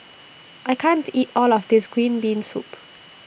I can't eat All of This Green Bean Soup